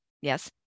Yes